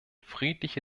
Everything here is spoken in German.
friedliche